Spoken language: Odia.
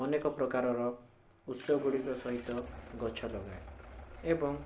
ଅନେକ ପ୍ରକାରର ଉତ୍ସ ଗୁଡ଼ିକ ସହିତ ଗଛ ଲଗାଏ ଏବଂ